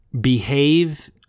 behave